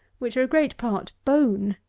which are great part bone,